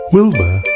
Wilbur